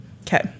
Okay